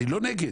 אני לא נגד,